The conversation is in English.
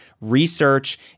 research